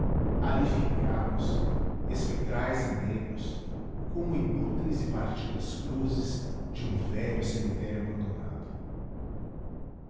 ali fincados espetrais e negros como inúteis e partidas cruzes de um velho cemitério abandonado